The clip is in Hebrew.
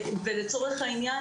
לצורך העניין,